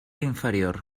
inferior